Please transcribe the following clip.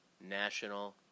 National